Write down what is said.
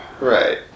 Right